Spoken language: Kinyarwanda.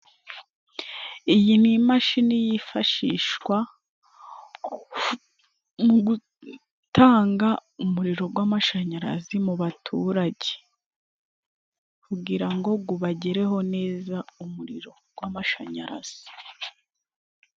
Iyi ni imashini yifashishwa mu gutanga umuriro w'amashanyarazi mu baturage. Kugira ngo ubagereho neza, umuriro w'amashanyarazi.